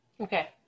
Okay